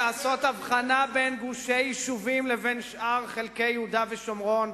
לעשות הבחנה בין גושי יישובים לבין שאר חלקי יהודה ושומרון,